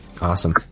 Awesome